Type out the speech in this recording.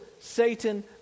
Satan